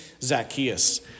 Zacchaeus